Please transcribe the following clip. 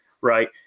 right